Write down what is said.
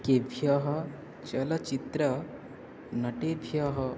केभ्यः चलचित्र नटेभ्यः